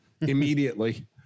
immediately